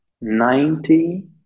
ninety